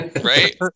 Right